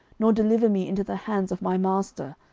nor deliver me into the hands of my master,